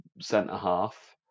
centre-half